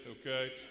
okay